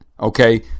Okay